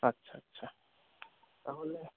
আচ্ছা আচ্ছা তাহলে